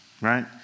right